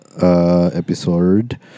Episode